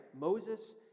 Moses